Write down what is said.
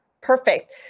Perfect